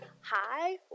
Hi